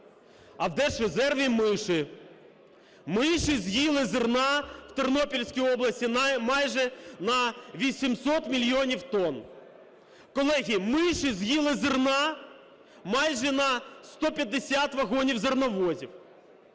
А в Держрезерві миші, миші з'їли зерна в Тернопільській області майже на 800 мільйонів тонн. Колеги, миші з'їли зерна майже на 150 вагонів зерновозів.